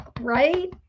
Right